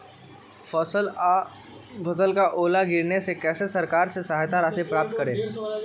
फसल का ओला गिरने से कैसे सरकार से सहायता राशि प्राप्त करें?